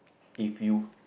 if you